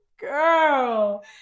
Girl